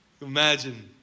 Imagine